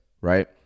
Right